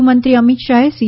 ગૃહમંત્રી અમિત શાહે સી